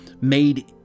made